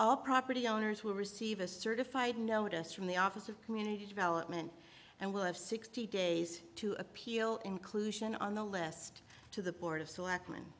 all property owners will receive a certified notice from the office of community development and will have sixty days to appeal inclusion on the list to the board of s